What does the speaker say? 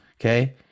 okay